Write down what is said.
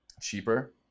Cheaper